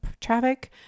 traffic